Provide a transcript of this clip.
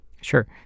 Sure